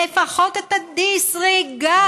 לפחות את ה-disregard.